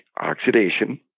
oxidation